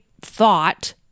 thought